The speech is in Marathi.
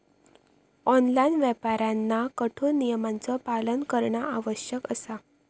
ऑनलाइन व्यापाऱ्यांना कठोर नियमांचो पालन करणा आवश्यक असा